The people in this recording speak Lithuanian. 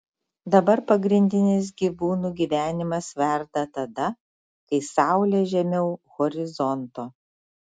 dabar pagrindinis gyvūnų gyvenimas verda tada kai saulė žemiau horizonto